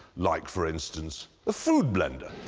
like, for instance, a food blender?